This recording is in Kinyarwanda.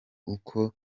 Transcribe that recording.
uko